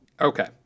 Okay